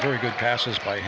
very good passes by